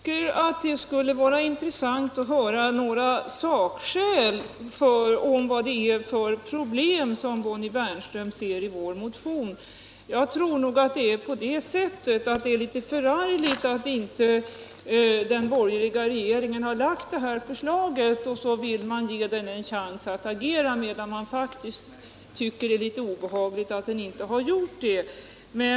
Herr talman! Det skulle vara intressant att höra några sakskäl som gör att Bonnie Bernström ser problem i vår motion. Jag tror att det är på det sättet att det känns litet förargligt att inte den borgerliga regeringen har lagt det förslag som vi för fram. Nu vill man ge regeringen en chans att agera, eftersom man faktiskt tycker att det är en smula obehagligt att den inte har gjort det förut.